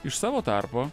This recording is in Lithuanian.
iš savo tarpo